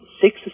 Six